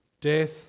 death